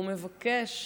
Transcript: והוא מבקש